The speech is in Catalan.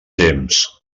temps